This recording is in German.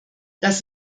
das